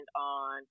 on